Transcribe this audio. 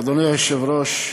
אדוני היושב-ראש,